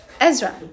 Ezra